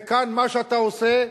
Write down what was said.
וכאן מה שאתה עושה,